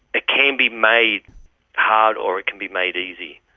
it can be made hard or it can be made easy.